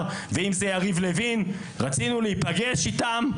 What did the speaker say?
ואם זה יריב לוין ורצינו להיפגש איתם.